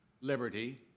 liberty